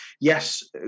Yes